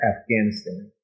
Afghanistan